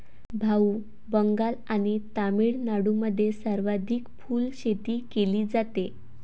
भाऊ, बंगाल आणि तामिळनाडूमध्ये सर्वाधिक फुलशेती केली जाते